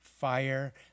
fire